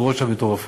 התקורות שם מטורפות,